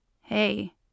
Hey